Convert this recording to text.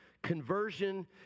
Conversion